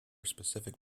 specific